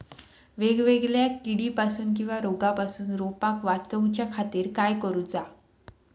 वेगवेगल्या किडीपासून किवा रोगापासून रोपाक वाचउच्या खातीर काय करूचा?